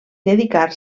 dedicar